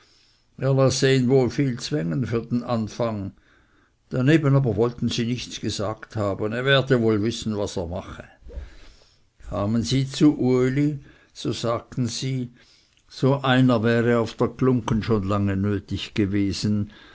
ihn wohl viel zwängen für den anfang daneben wollten sie nichts gesagt haben er werde wohl wissen was er mache kamen sie dann zu uli so sagten sie so einer wäre auf der glunggen schon lange nötig gewesen